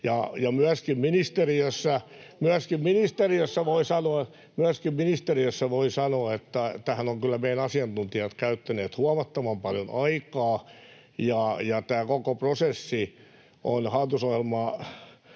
myöskin ministeriössä, voin sanoa, tähän ovat kyllä meidän asiantuntijat käyttäneet huomattavan paljon aikaa. Tämä koko prosessi hallitusohjelmasta